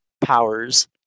powers